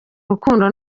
rukundo